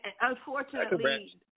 unfortunately